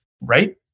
Right